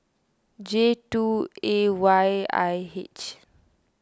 J two A Y I H